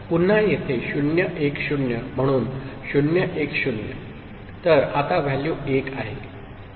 पुन्हा येथे 0 1 0 म्हणून 0 1 0 तर आता व्हॅल्यू 1 आहे